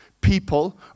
people